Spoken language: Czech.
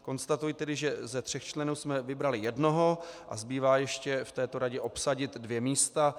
Konstatuji tedy, že ze tří členů jsme vybrali jednoho a zbývá ještě v této radě obsadit dvě místa.